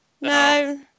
No